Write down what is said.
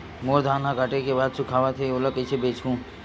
मोर धान ह काटे के बाद सुखावत हे ओला कइसे बेचहु?